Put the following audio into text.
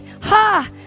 Ha